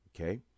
Okay